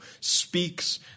speaks